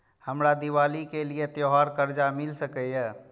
हमरा दिवाली के लिये त्योहार कर्जा मिल सकय?